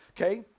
okay